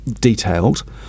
detailed